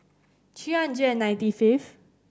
three hundred ninety fifth